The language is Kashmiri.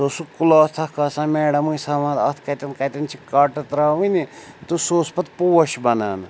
سُہ اوس سُہ کُلاتھ اَکھ آسان میڈم ٲسۍ ہاوان اَتھ کَتٮ۪ن کَتٮ۪ن چھِ کاٹہٕ ترٛاوٕنہِ تہٕ سُہ اوس پَتہٕ پوش بَنان